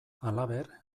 halaber